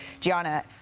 Gianna